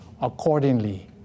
accordingly